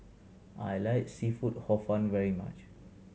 I like seafood Hor Fun very much